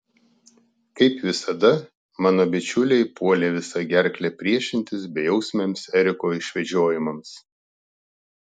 kaip visada mano bičiuliai puolė visa gerkle priešintis bejausmiams eriko išvedžiojimams